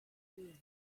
day